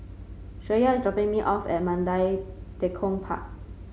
Shreya is dropping me off at Mandai Tekong Park